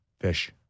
fish